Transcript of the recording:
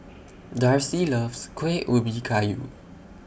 Darcy loves Kueh Ubi Kayu